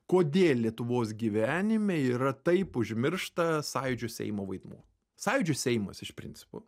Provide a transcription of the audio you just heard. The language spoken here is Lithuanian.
kodėl lietuvos gyvenime yra taip užmiršta sąjūdžio seimo vaidmuo sąjūdžio seimas iš principo